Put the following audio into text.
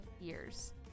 years